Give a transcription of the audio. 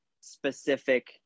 specific